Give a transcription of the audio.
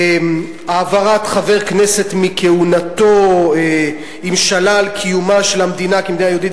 העברת חבר כנסת מכהונתו אם שלל קיומה של המדינה כמדינה יהודית,